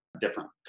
different